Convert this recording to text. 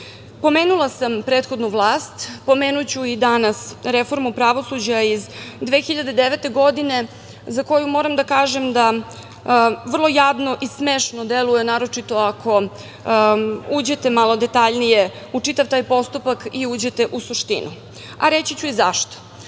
sam prethodnu vlast, pomenuću i danas reformu pravosuđa iz 2009. godine za koju moram da kažem da vrlo jadno i smešno deluje naročito ako uđete malo detaljnije u čitav taj postupak i uđete u suštinu, a reći ću i